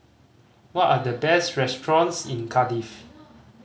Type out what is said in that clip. what are the best restaurants in Cardiff